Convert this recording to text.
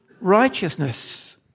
righteousness